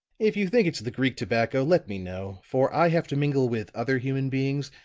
if you think it's the greek tobacco, let me know. for i have to mingle with other human beings,